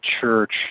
church